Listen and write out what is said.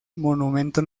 monumento